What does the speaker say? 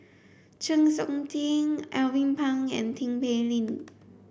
Chng Seok Tin Alvin Pang and Tin Pei Ling